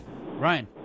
Ryan